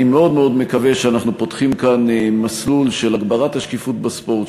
אני מאוד מאוד מקווה שאנחנו פותחים כאן מסלול של הגברת השקיפות בספורט,